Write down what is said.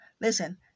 Listen